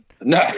no